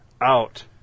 out